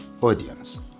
audience